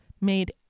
made